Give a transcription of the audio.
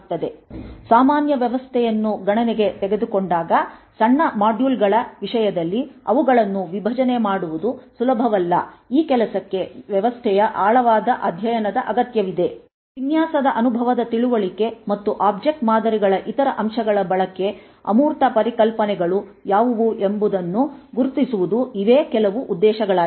ಉದಾಹರಣೆಗೆ ಸಾಮಾನ್ಯ ವ್ಯವಸ್ಥೆಯನ್ನು ಗಣನೆಗೆ ತೆಗೆದುಕೊಂಡಾಗ ಸಣ್ಣ ಮಾಡ್ಯೂಲ್ಗಳ ವಿಷಯದಲ್ಲಿ ಅವುಗಳನ್ನು ವಿಭಜನೆ ಮಾಡುವುದು ಸುಲಭವಲ್ಲ ಈ ಕೆಲಸಕ್ಕೆ ವ್ಯವಸ್ಥೆಯ ಆಳವಾದ ಅಧ್ಯಯನದ ಅಗತ್ಯವಿದೆ ವಿನ್ಯಾಸದ ಅನುಭವದ ತಿಳುವಳಿಕೆ ಮತ್ತು ಒಬ್ಜೆಕ್ಟ್ ಮಾದರಿಗಳ ಇತರ ಅಂಶಗಳ ಬಳಕೆ ಅಮೂರ್ತ ಪರಿಕಲ್ಪನೆಗಳು ಯಾವುವು ಎಂಬುದನ್ನು ಗುರುತಿಸುವುದು ಇವೇ ಕೆಲವು ಉದ್ದೇಶಗಳಾಗಿವೆ